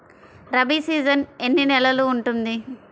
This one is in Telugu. రబీ సీజన్ ఎన్ని నెలలు ఉంటుంది?